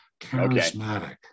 charismatic